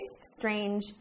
strange